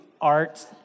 art